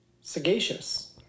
Sagacious